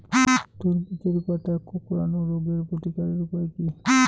তরমুজের পাতা কোঁকড়ানো রোগের প্রতিকারের উপায় কী?